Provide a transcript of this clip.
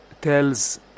tells